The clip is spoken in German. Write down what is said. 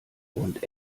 und